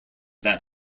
that